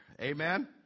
Amen